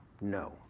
no